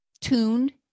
tuned